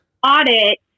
audit